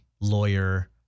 lawyer